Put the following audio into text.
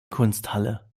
kunsthalle